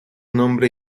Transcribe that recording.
nombre